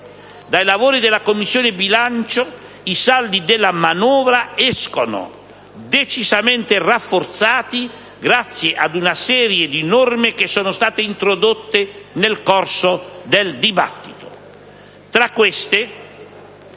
Dai lavori della Commissione bilancio, tali saldi escono decisamente rafforzati grazie ad una serie di norme introdotte nel corso del dibattito.